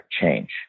Change